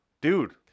Dude